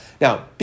Now